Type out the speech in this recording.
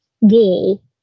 wall